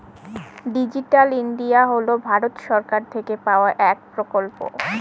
digital India হল ভারত সরকার থেকে পাওয়া এক প্রকল্প